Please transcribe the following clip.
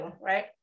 right